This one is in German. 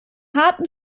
harten